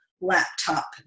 laptop